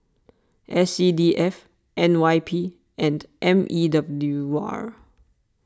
S C D F N Y P and M E W R